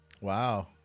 Wow